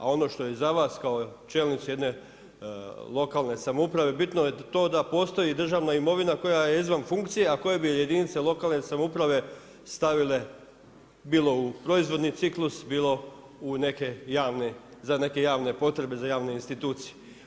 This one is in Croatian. A ono što je za vas kao čelnicu jedne lokalne samouprave bitno je to da postoji državna imovina koja je izvan funkcije, a koje bi je jedinice lokalne samouprave stavile bilo u proizvodni ciklus, bilo za neke javne potrebe za javne institucije.